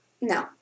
No